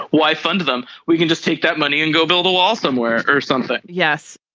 why fund them. we can just take that money and go build a wall somewhere or something yes